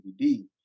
DVD